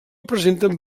presenten